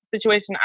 situation